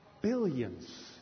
Billions